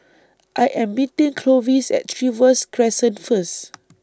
I Am meeting Clovis At Trevose Crescent First